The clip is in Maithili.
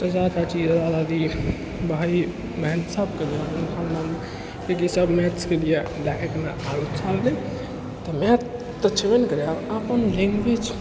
चाचा चाची दादा दादी भाय बहिन सभके ध्यान रहै किएक कि सभ मैथ्सके लिये तऽ मैथ तऽ छबे नऽ करै आओर अपन लैंग्वेज